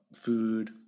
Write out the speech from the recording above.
food